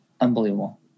unbelievable